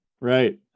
Right